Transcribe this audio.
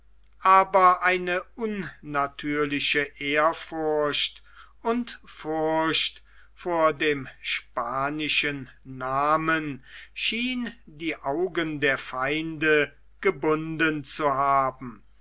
aber eine unnatürliche ehrfurcht und furcht vor dem spanischen namen schien die augen der feinde gebunden zu haben